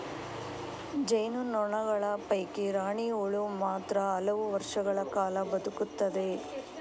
ಜೇನು ನೊಣಗಳ ಪೈಕಿ ರಾಣಿ ಹುಳು ಮಾತ್ರ ಹಲವು ವರ್ಷಗಳ ಕಾಲ ಬದುಕುತ್ತದೆ